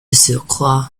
surcroît